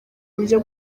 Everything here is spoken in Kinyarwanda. buryo